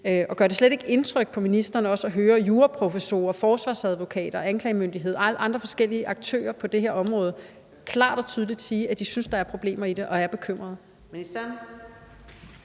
Gør det slet ikke indtryk på ministeren at høre juraprofessorer, forsvarsadvokater, anklagemyndighed og andre forskellige aktører på det her område klart og tydeligt sige, at de synes, at der er problemer i det og er bekymrede?